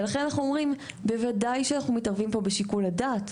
ולכן אנחנו אומרים בוודאי שאנחנו מתערבים פה בשיקול הדעת.